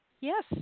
Yes